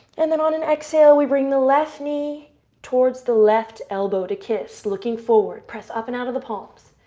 and then on an exhale, we bring the left knee towards the left elbow to kiss. looking forward. press up and out of the palms.